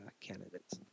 candidates